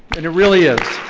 and it really is.